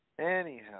Anyhow